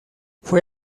fue